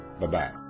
Bye-bye